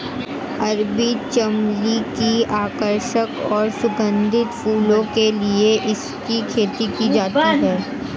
अरबी चमली की आकर्षक और सुगंधित फूलों के लिए इसकी खेती की जाती है